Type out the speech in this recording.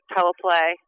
Teleplay